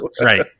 Right